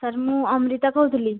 sir ମୁଁ ଅମ୍ରିତା କହୁଥିଲି